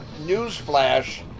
newsflash